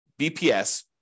BPS